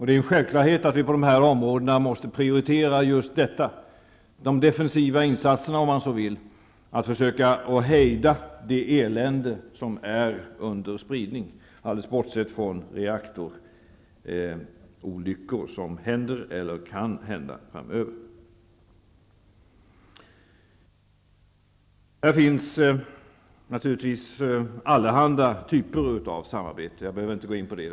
Det är en självklarhet att vi på dessa områden måste prioritera de defensiva insatserna för att försöka hejda det elände som är under spridning, bortsett från reaktorolyckor som händer eller kan hända framöver. Här finns allehanda typer av samarbete. Jag behöver inte gå in på det.